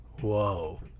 Whoa